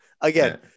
Again